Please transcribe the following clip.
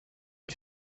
est